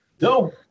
No